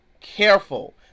careful